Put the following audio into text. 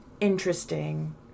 interesting